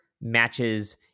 matches